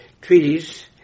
treaties